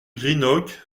greenock